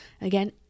Again